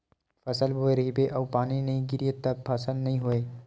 फसल बोए रहिबे अउ पानी नइ गिरिय तभो फसल नइ होवय